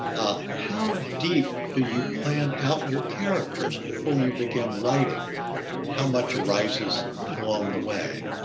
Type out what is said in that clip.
ah how deep do you plan out your characters before you begin writing and how much arises along the way?